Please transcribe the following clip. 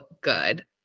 good